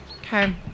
Okay